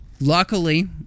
luckily